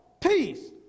peace